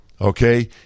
okay